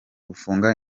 gufunga